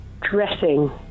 dressing